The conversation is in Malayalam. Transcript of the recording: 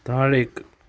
താഴേക്ക്